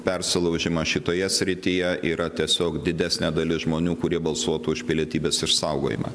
persilaužimą šitoje srityje yra tiesiog didesnė dalis žmonių kurie balsuotų už pilietybės išsaugojimą